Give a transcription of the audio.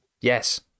yes